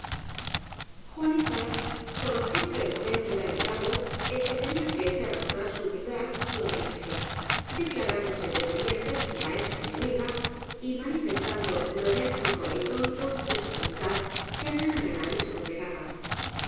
juanita conoció que el momento era llegado en que tenía que echar á rodar su humildad y obe diencia declarándose independiente de su maestra y amiga y manifestando lo enérgico é indómito de su voluntad que á nada ni á nadie se doblegaba